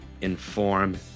inform